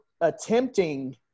attempting